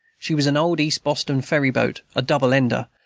she was an old east boston ferry-boat, a double-ender,